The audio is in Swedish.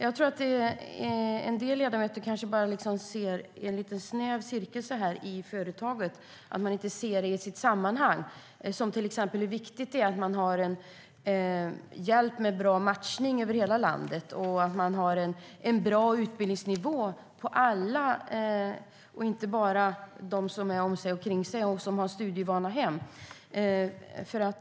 Jag tror att en del ledamöter bara ser i en snäv cirkel och inte sammanhanget, till exempel hur viktigt det är att man har en bra matchning över hela landet och en bra utbildningsnivå för alla och inte bara för dem som är om sig och kring sig och kommer från studievana hem.